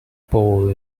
pole